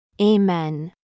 Amen